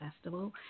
Festival